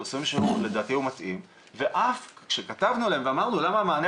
הפרסומים שהיו לדעתי היו מטעים וכאף כשכתבנו אליהם ואמרנו 'למה המענה